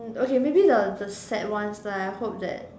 okay maybe the the sad ones right I hope that